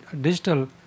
digital